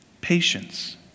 patience